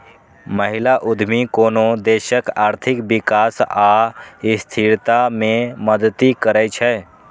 महिला उद्यमी कोनो देशक आर्थिक विकास आ स्थिरता मे मदति करै छै